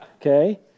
Okay